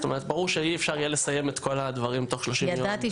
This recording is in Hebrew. ברור שאי אפשר יהיה לסיים את כל הדברים תוך 30 ימים.